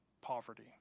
poverty